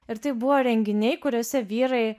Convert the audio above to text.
ir tai buvo renginiai kuriuose vyrai